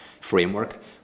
framework